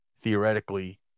theoretically